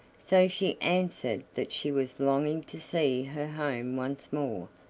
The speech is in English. so she answered that she was longing to see her home once more.